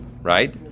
right